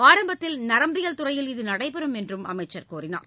ஆரம்பத்தில் நரம்பியல் துறையில் இது நடைபெறும் என்றும் அமைச்சர் கூறினார்